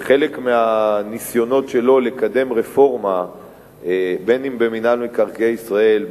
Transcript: חלק מהניסיונות שלו לקדם רפורמה אם במינהל מקרקעי ישראל,